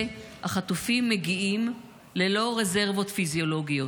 החטופים מגיעים ללא רזרבות פיזיולוגיות.